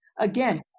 Again